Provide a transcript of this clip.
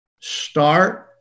start